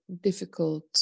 difficult